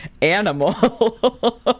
animal